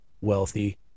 wealthy